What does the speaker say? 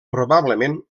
probablement